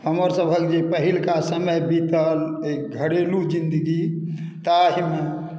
हमर सभक जे पहिलुका समय बीतल अइ घरेलू जिन्दगी ताहिमे